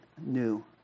new